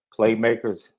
Playmakers